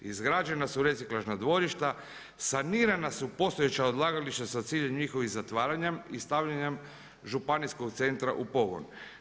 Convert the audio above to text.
Izgrađena su reciklažna dvorišta, sanirana su postojeća odlagališta sa ciljem njihovih zatvaranja i stavljanje županijskog centra u pogon.